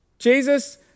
Jesus